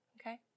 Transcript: okay